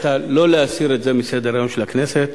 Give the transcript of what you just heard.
היתה לא להסיר את הנושא מסדר-היום של הכנסת,